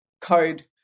code